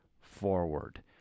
forward